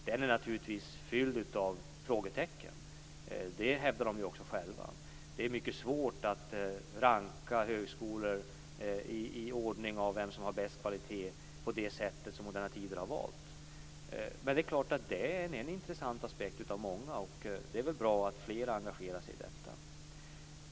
Den är naturligtvis fylld av frågetecken. Det hävdar de också själva. Det är mycket svårt att ranka högskolor i ordning efter vilka som har bäst kvalitet på det sätt som Moderna Tider har valt att göra. Men det är klart att det är en intressant aspekt av många, och det är väl bra att flera engagerar sig i detta.